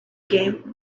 game